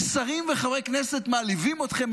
ושרים וחברי כנסת מעליבים אתכם,